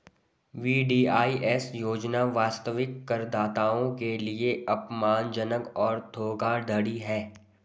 VDIS योजना वास्तविक करदाताओं के लिए अपमानजनक और धोखाधड़ी है